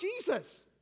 Jesus